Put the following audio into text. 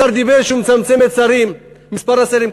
השר אמר שהוא מצמצם את מספר השרים.